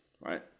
right